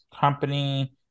company